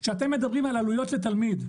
שאתם מדברים על עלויות של תלמיד,